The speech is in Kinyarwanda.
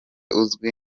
uzwi